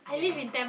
okay